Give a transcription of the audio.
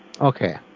Okay